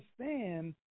understand